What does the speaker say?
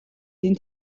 این